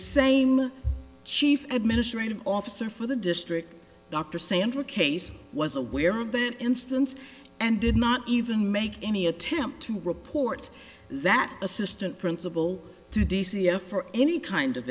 same chief administrative officer for the district dr sandra case was aware of an instance and did not even make any attempt to report that assistant principal to d c a for any kind of